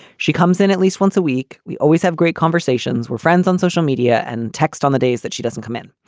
she comes in at least once a week. we always have great conversations with friends on social media and text on the days that she doesn't come in.